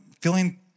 feeling